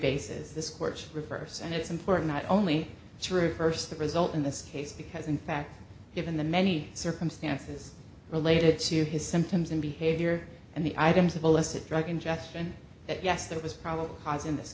bases this court reverse and it's important not only true first the result in this case because in fact given the many circumstances related to his symptoms and behavior and the items of illicit drug ingestion that yes there was probable cause in this